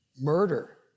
murder